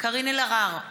קארין אלהרר,